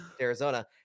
Arizona